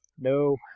No